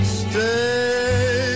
stay